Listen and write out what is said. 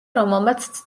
რომელმაც